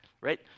Right